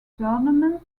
tournament